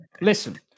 listen